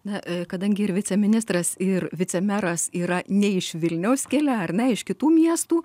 na kadangi ir viceministras ir vicemeras yra ne iš vilniaus kilę ar ne iš kitų miestų